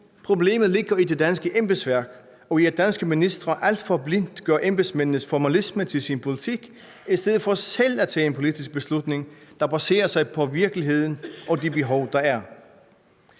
Problemet ligger i det danske embedsværk og i, at danske ministre alt for blindt gør embedsmændenes formalisme til deres politik i stedet for selv at tage en politisk beslutning, der baserer sig på virkeligheden og de behov, der er.